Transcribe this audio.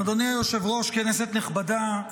אדוני היושב-ראש, כנסת נכבדה,